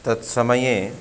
तत्समये